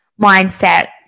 mindset